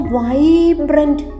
vibrant